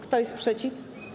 Kto jest przeciw?